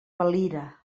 valira